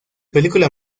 película